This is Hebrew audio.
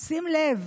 שים לב,